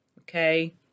okay